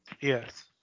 Yes